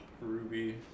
Ruby